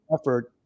effort